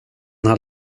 har